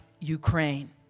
Ukraine